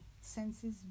senses